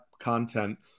content